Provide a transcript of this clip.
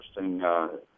interesting